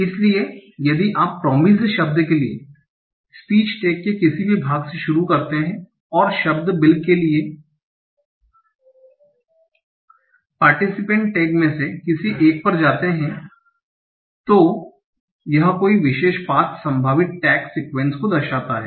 इसलिए यदि आप प्रोमिस्ड शब्द के लिए स्पीच टैग के किसी भी भाग से शुरू करते हैं और शब्द बिल के लिए पार्टीसीपेंट टैग में से किसी पर जाते हैं तो यह कोई विशेष पाथ संभावित टैग सीक्वेंस को दर्शाता है